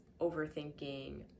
overthinking